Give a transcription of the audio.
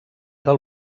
del